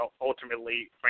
ultimately